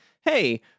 hey